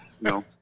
No